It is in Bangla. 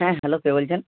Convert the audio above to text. হ্যাঁ হ্যালো কে বলছেন